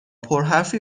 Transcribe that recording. پرحرفی